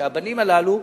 שהבנים הללו,